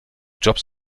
jobs